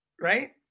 right